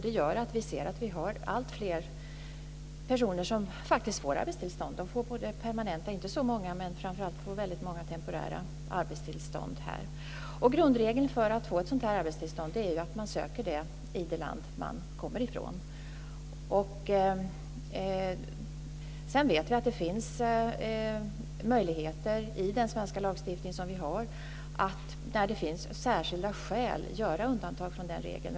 Det gör att alltfler personer faktiskt får arbetstillstånd. En del får permanenta arbetstillstånd, även om de inte är så många. Men framför allt får många temporära arbetstillstånd. Grundregeln för att få ett sådant arbetstillstånd är ju att man söker det i det land som man kommer från. Sedan vet vi att det finns möjligheter i den svenska lagstiftningen att där det finns särskilda skäl göra undantag från den regeln.